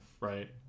Right